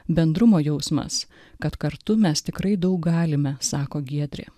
bendrumo jausmas kad kartu mes tikrai daug galime sako giedrė